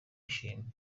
ishimwe